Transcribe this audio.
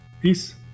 peace